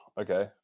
okay